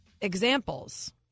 examples